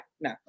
no